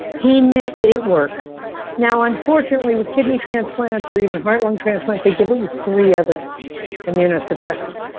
he made it it work now, unfortunately with kidney transplants or even heart-lung transplants give it with three other immunosuppressants.